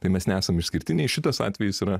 tai mes nesame išskirtiniai šitas atvejis yra